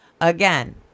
Again